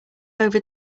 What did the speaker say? over